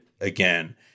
again